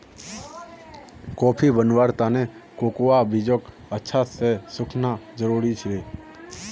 coffee बनव्वार त न कोकोआ बीजक अच्छा स सुखना जरूरी छेक